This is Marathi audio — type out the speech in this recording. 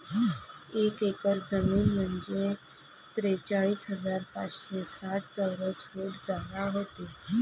एक एकर जमीन म्हंजे त्रेचाळीस हजार पाचशे साठ चौरस फूट जागा व्हते